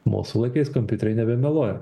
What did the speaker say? mūsų laikais kompiuteriai nebemeluoja